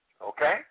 Okay